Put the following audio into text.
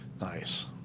Nice